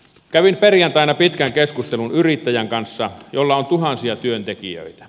kävin perjantaina pitkän keskustelun yrittäjän kanssa jolla on tuhansia työntekijöitä